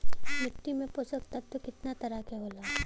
मिट्टी में पोषक तत्व कितना तरह के होला?